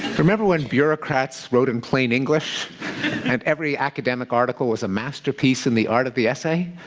remember when bureaucrats wrote in plain english and every academic article was a masterpiece in the art of the essay?